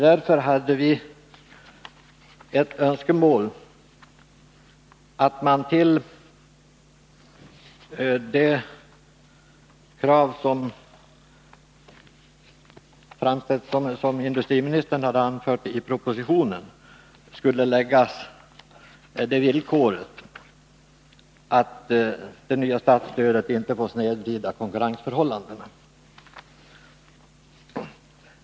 Därför hade vi ett önskemål 10 december 1981 om att till de krav som framställs, som industriministern anförde i propositionen, skulle läggas villkoret att det nya statsstödet inte får snedvrida Kapitaltillskott konkurrensförhållandena.